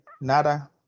Nada